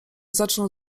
zaczną